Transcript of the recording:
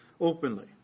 openly